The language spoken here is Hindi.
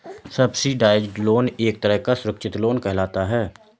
सब्सिडाइज्ड लोन एक तरह का सुरक्षित लोन कहलाता है